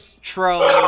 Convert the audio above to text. troll